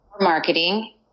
marketing